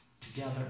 together